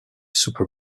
super